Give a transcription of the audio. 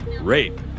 rape